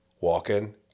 walking